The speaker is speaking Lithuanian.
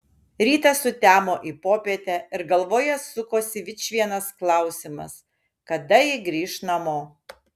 rytas sutemo į popietę ir galvoje sukosi vičvienas klausimas kada ji grįš namo